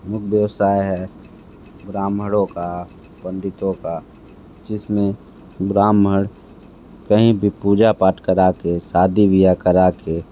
मुख्य व्यवसाय है ब्राह्मणों का पंडितों का जिसमें ब्राह्मण कहीं भी पूजा पाठ करा के सादी बियाह करा के